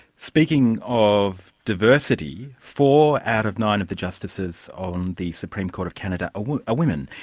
speaking of diversity, four out of nine of the justices on the supreme court of canada are women.